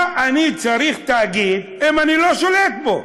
מה אני צריך תאגיד אם אני לא שולט בו?